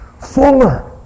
fuller